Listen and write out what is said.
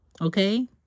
okay